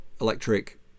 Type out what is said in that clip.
electric